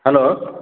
hello